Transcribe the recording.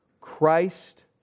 Christ